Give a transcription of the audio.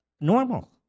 normal